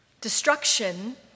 Destruction